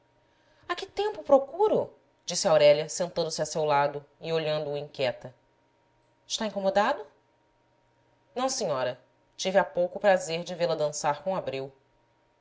há que tempo o procuro disse aurélia sentando-se a seu lado e olhando-o inquieta está incomodado não senhora tive há pouco o prazer de vê-la dançar com